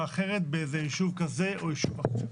אחרת באיזה יישוב כזה או יישוב אחר.